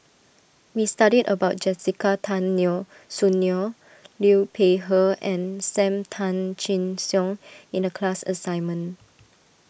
we studied about Jessica Tan Neo Soon Neo Liu Peihe and Sam Tan Chin Siong in the class assignment